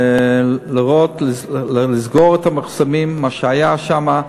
ולראות, לסגור את המחסומים, מה שהיה שם.